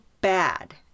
bad